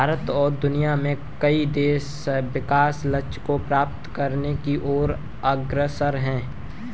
भारत और दुनिया में कई देश सतत् विकास लक्ष्य को प्राप्त करने की ओर अग्रसर है